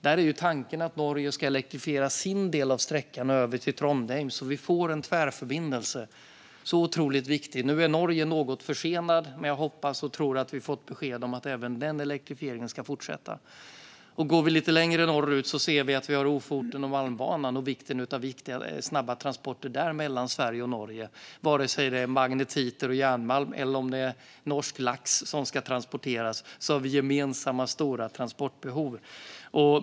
Där är tanken att Norge ska elektrifiera sin del av sträckan över till Trondheim, så att vi får en tvärförbindelse, som är otroligt viktig. Nu är Norge något försenat, men jag hoppas och tror att vi får ett besked om att även den elektrifieringen ska fortsätta. Om vi går lite längre norrut ser vi att vi har Lofotenbanan och Malmbanan och vikten av snabba transporter där mellan Sverige och Norge. Oavsett om det är magnetiter och järnmalm eller norsk lax som ska transporteras har vi gemensamma stora transportbehov.